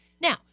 Now